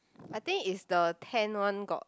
I think it's the tent one got